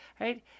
right